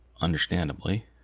understandably